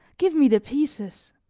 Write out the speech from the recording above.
give me the pieces.